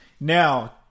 Now